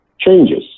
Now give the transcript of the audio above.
changes